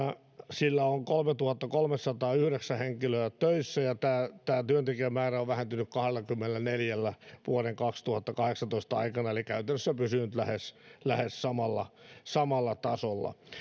sillä on kolmetuhattakolmesataayhdeksän henkilöä töissä ja tämä tämä työntekijämäärä on vähentynyt kahdellakymmenelläneljällä vuoden kaksituhattakahdeksantoista aikana eli käytännössä pysynyt lähes lähes samalla samalla tasolla